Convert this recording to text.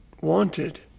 wanted